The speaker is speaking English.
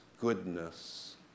goodness